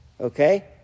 okay